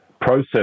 process